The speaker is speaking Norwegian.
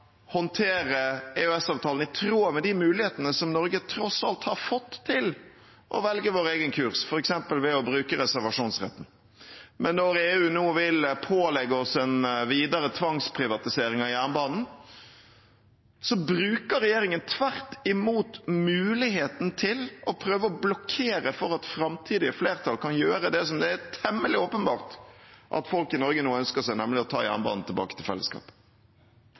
håndtere EØS-avtalen i tråd med de mulighetene som Norge tross alt har fått til å velge vår egen kurs, f.eks. ved å bruke reservasjonsretten. Men når EU nå vil pålegge oss en videre tvangsprivatisering av jernbanen, bruker regjeringen tvert imot muligheten til å prøve å blokkere for at framtidige flertall kan gjøre det som det er temmelig åpenbart at folk i Norge nå ønsker seg, nemlig å ta jernbanen tilbake til